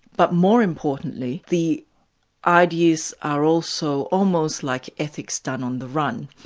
but more importantly, the ideas are also almost like ethics done on the run.